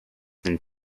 than